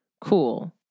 cool